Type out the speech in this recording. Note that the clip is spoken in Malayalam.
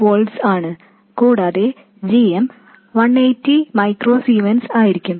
8volts ആണ് കൂടാതെ g m 180 മൈക്രോ സീമെൻസ് ആയിരിക്കും